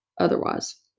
otherwise